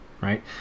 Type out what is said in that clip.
right